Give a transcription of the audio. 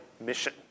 mission